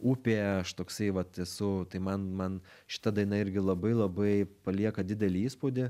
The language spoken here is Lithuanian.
upė aš toksai vat esu tai man man šita daina irgi labai labai palieka didelį įspūdį